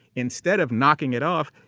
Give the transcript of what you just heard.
instead of knocking it off,